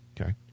okay